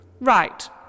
Right